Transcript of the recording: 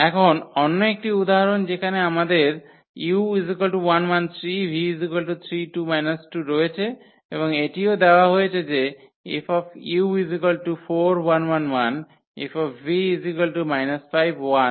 এখন অন্য একটি উদাহরণ যেখানে আমাদের u113 v32−2 রয়েছে এবং এটিও দেওয়া হয়েছে যে 𝐹 4111 𝐹 −51 −33